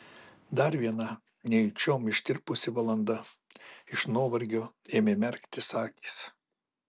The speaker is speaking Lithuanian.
dar viena nejučiom ištirpusi valanda iš nuovargio ėmė merktis akys